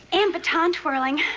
and baton twirling.